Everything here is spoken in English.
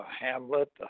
Hamlet